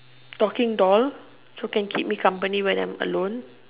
talking doll so can keep me company when I'm alone